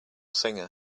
singer